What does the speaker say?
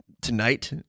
tonight